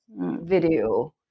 video